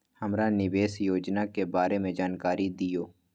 हमरा निवेस योजना के बारे में जानकारी दीउ?